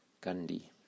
Gandhi